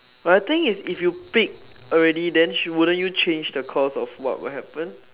but the thing is if you pick already then wouldn't you change the course of what would happen